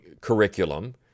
curriculum